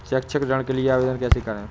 शैक्षिक ऋण के लिए आवेदन कैसे करें?